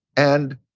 and